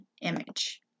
image